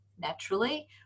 naturally